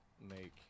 make